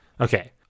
okay